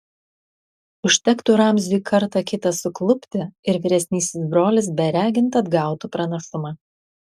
užtektų ramziui kartą kitą suklupti ir vyresnysis brolis beregint atgautų pranašumą